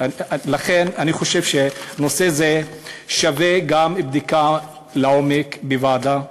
לכן אני חושב שנושא זה שווה גם בדיקה לעומק בוועדה,